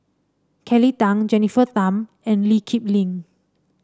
Kelly Tang Jennifer Tham and Lee Kip Lin